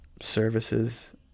services